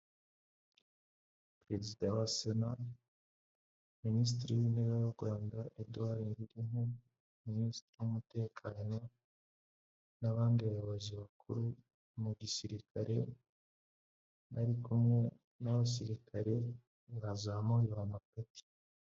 Perezida wa sena, minisitiri w'intebe w'u Rwanda Eduard NGIRENTE, minisitiri w'umutekano n'abandi bayobozi bakuru mu gisirikare, bari kumwe n'abasirikare bazamuriwe amapeti.